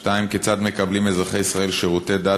2 כיצד מקבלים אזרחי ישראל שירותי דת